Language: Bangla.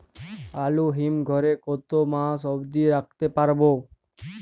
আলু হিম ঘরে কতো মাস অব্দি রাখতে পারবো?